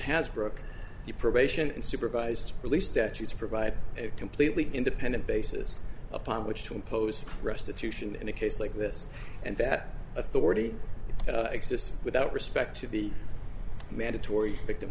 s broke the probation and supervised release statutes provide a completely independent basis upon which to impose restitution in a case like this and that authority exists without respect to the mandatory victim